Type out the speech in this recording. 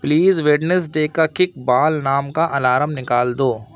please Wednesday کا kick ball نام کا الارم نکال دو